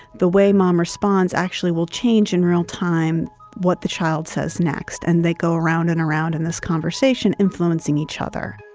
the way mom responds actually will change in real time what the child says next. and they go around and around in this conversation influencing each other